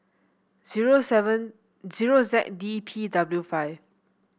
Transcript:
zero seven zero Z D P W five